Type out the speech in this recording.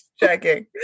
checking